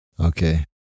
Okay